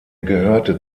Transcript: gehörte